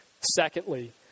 Secondly